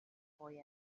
boy